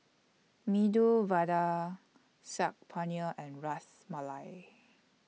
Medu Vada Saag Paneer and Ras Malai